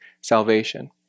salvation